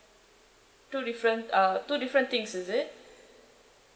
two different uh two different things is it